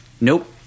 nope